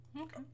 Okay